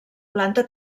planta